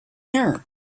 here